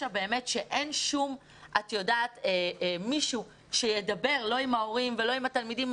שאין באמת מישהו שדבר לא עם ההורים ולא עם התלמידים,